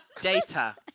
Data